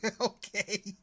Okay